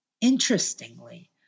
Interestingly